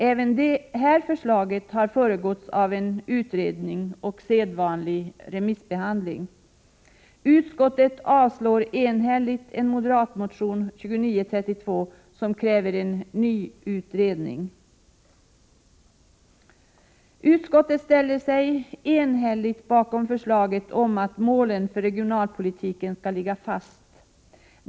Även det här förslaget har föregåtts av en utredning och sedvanlig remissbehandling. Utskottet avstyrker enhälligt en moderatmotion, 2932, där motionärerna kräver en ny utredning. Utskottet ställer sig enhälligt bakom förslaget om att målen för regionalpolitiken skall ligga fast.